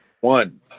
One